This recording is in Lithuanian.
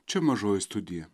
čia mažoji studija